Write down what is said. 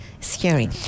scary